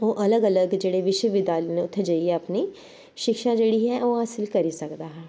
ओह् अलग अलग जेह्ड़े विश्वविद्यालय न उत्थै जाइयै अपनी शिक्षा जेह्ड़ी ओह् हासल करी सकदा हा